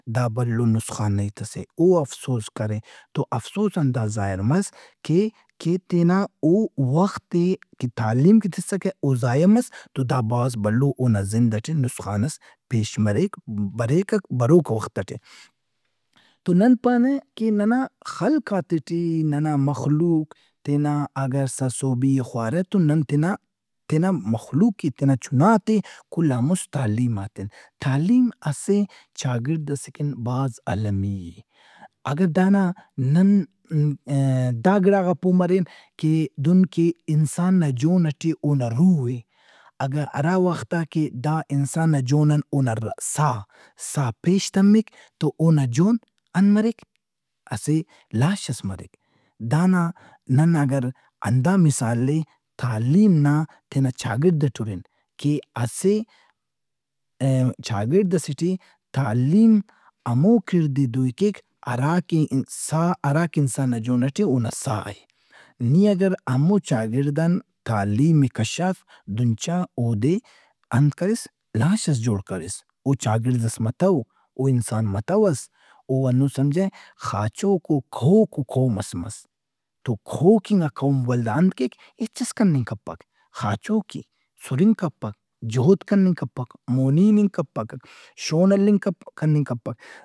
دا بھلو نسخان نا ہیتس اے اوافسوزکرے۔ تو افسوزان دا ظاہر مس کہ کہ تینا او وخت ئے کہ تعلیم کہ تسکہ دا ضائع مس تو بھاز بھلو اونا زند ئٹے نسخان ئس پیش مریک، بریکک بروکا وخت ئٹے۔ تو نن پانہ کہ ننا خلقاتےٹے ننا مخلوق تینا اگہ سرسہبی ئے خوارہ تو ننا تینا مخلوق ئے تینا چُنات ئے کل آن مُست تعلیم ایتن۔ تعلیم اسہ چاگڑد ئسے کن بھاز المی اے۔ اگہ دانا ن-ن-نن دا گڑا غا پومرین کہ دہن کہ انسان نا جون ئٹے اونا رُوح اے۔ اگہ ہرا وخت آ کہ دا انسان نا جون آن اونا س- سا پیش تمک تو اونا جون انت مریک، اسہ لاش ئس مریک۔ دانا نن اگہ ہندا مثال ئے تعلیم نا تینا چاگڑد ئٹے ہُرن کہ اسہ ئے- چاگڑد ئسے ٹے تعلیم ہمو کڑدئے دوئی کیک ہرا کہ ان- سا- ہراکہ انسان نا جون ئٹے اونا سا اے۔ نی اگر ہمو چاگڑد ان تعلیم ئے کشاس دہن چا اودے انت کریس؟ لاش ئس جوڑ کریس۔ او چاگڑد ئس متو۔ او انسان متوس۔ او ہندن سمجھہ خاچوکو، کہوکو قومس مس۔ تو کہوکنگا قوم ولدا انت کیک، ہچس کننگ کپک، خاچوک اے، سرنگ کپک، جہد کننگ کپک، مونی ہننگ کپک، شون ہلّنگ کپ- کننگ کپک۔